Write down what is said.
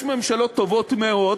יש ממשלות טובות מאוד,